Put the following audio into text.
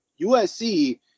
USC